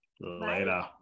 Later